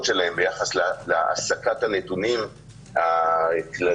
שלהן ביחס להסקת הנתונים הכלליים,